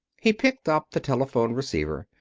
he picked up the telephone receiver.